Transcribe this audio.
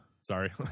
Sorry